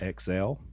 XL